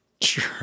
sure